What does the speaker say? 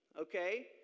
Okay